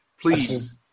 please